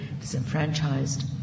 disenfranchised